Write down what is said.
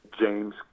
James